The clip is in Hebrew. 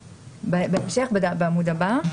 בהמשך, בעמוד הבא.